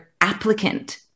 applicant